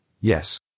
yes